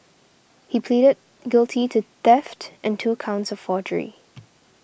he pleaded guilty to theft and two counts of forgery